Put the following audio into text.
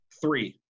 three